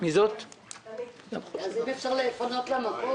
שהיא